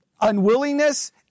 unwillingness